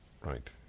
Right